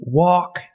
walk